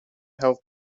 help